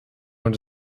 und